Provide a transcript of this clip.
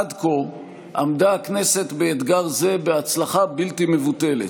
עד כה עמדה הכנסת באתגר זה בהצלחה בלתי מבוטלת: